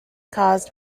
caused